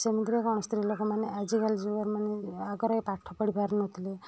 ସେମିତିରେ କ'ଣ ସ୍ତ୍ରୀ ଲୋକମାନେ ଆଜିକାଲି ଯୁଗରେ ମାନେ ଆଗରେ ପାଠ ପଢ଼ି ପାରୁନଥିଲେ